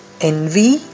envy